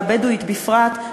והבדואית בפרט,